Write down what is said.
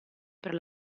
per